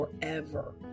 forever